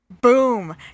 Boom